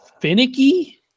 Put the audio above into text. finicky